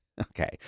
okay